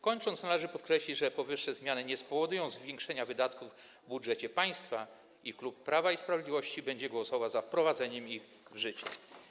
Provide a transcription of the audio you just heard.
Kończąc, należy podkreślić, że powyższe zmiany nie spowodują zwiększenia wydatków w budżecie państwa i klub Prawa i Sprawiedliwości będzie głosował za wprowadzeniem ich w życie.